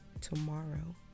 tomorrow